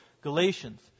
Galatians